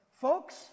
folks